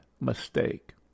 mistake